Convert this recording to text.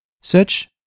Search